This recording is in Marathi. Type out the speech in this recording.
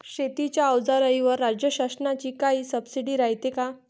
शेतीच्या अवजाराईवर राज्य शासनाची काई सबसीडी रायते का?